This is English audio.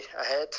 ahead